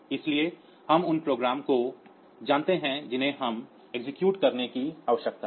इसलिए हम उन प्रोग्रामों को जानते हैं जिन्हें हमें निष्पादित करने की आवश्यकता है